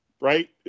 Right